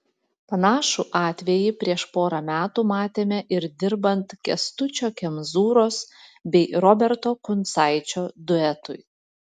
panašų atvejį prieš porą metų matėme ir dirbant kęstučio kemzūros bei roberto kuncaičio duetui